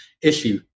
issue